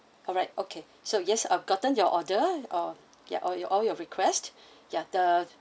alright okay so yes I've gotten your order all ya all your all your request ya the